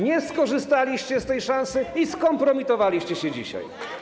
Nie skorzystaliście z tej szansy i skompromitowaliście się dzisiaj.